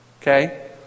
Okay